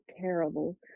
terrible